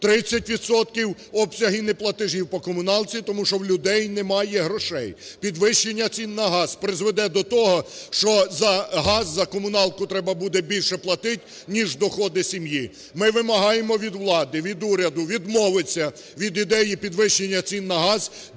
– обсяги неплатежів по комуналці, тому що в людей немає грошей. Підвищення цін на газ призведе до того, що за газ, за комуналку треба буде більше платити, ніж доходи сім'ї. Ми вимагаємо від влади, від уряду відмовитися від ідеї підвищення цін на газ,